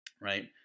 right